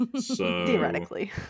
Theoretically